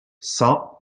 cent